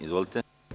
Izvolite.